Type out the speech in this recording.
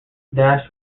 dash